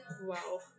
Wow